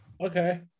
okay